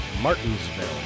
Martinsville